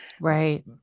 Right